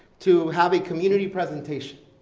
to have a community presentation.